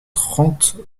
trente